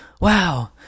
Wow